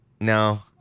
no